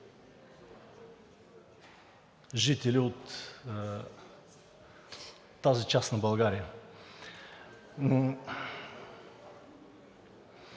жители от тази част на България.